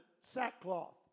sackcloth